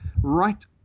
right